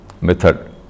method